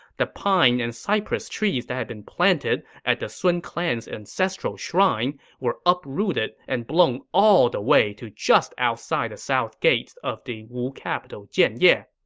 the pine and cypress trees that had been planted at the sun clan's ancestral shrine were uprooted and blown all the way to just outside the south gate of the wu capital jianye,